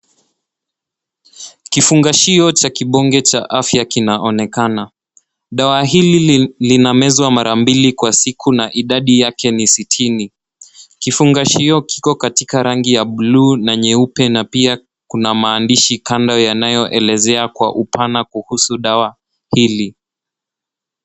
Kifungashio cha kibonge cha afya kinaonekana. Dawa hili linamezwa mara mbili kwa siku na idadi yake ni sitini. Kifungashio kiko katika rangi ya buluu na nyeupe na pia kuna maandishi kando yanayoelezea kwa upana kuhusu dawa hili.